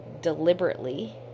deliberately